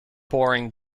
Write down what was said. boring